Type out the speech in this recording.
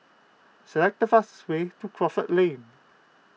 select the fastest way to Crawford Lane